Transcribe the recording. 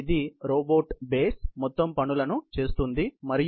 ఇది robot base మొత్తం పనులు చేస్తుంది మరియు ఇక్కడే ఇది అప్పర్ ఆర్మ్